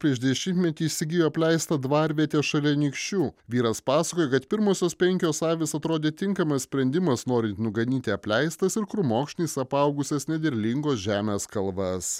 prieš dešimtmetį įsigijo apleistą dvarvietę šalia anykščių vyras pasakoja kad pirmosios penkios avys atrodė tinkamas sprendimas norint nuganyti apleistas ir krūmokšniais apaugusias nederlingos žemės kalvas